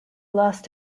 lost